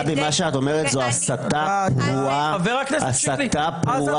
גבי, מה שאת אומרת זו הסתה פרועה, הסתה פרועה.